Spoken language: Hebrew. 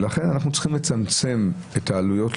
ולכן אנחנו צריכים לצמצם את העלויות,